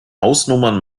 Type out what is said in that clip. hausnummern